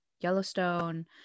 Yellowstone